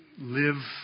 live